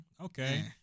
okay